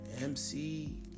MC